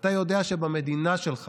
שאתה יודע שבמדינה שלך